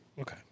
Okay